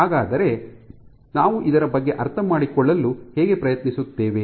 ಹಾಗಾದರೆ ನಾವು ಇದರ ಬಗ್ಗೆ ಅರ್ಥಮಾಡಿಕೊಳ್ಳಲು ಹೇಗೆ ಪ್ರಯತ್ನಿಸುತ್ತೇವೆ